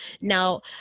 Now